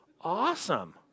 awesome